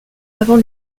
avant